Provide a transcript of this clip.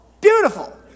beautiful